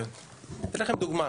אני אתן לכם דוגמה,